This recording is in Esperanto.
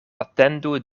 atendu